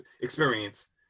experience